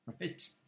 right